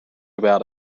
about